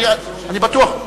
אני בטוח.